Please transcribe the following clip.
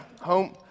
Home